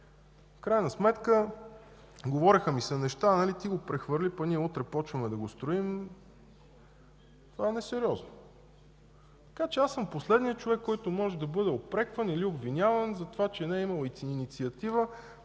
крайна сметка ми се говориха неща: „Ти го прехвърли, пък ние утре започваме да го строим”. Това е несериозно. Така че аз съм последният човек, който може да бъде упрекван или обвиняван, че не е имало инициатива